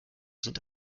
sind